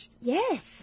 Yes